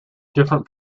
different